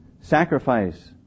sacrifice